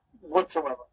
whatsoever